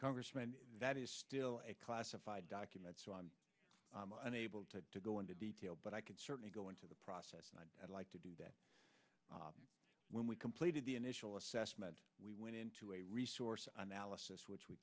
congressman that is still a classified document so i'm unable to to go into detail but i could certainly go into the process and i'd like to do that when we completed the initial assessment we went into a resource analysis which we